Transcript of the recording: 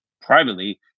privately